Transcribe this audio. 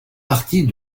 partie